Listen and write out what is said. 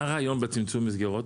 מה רע בצמצום מסגרות?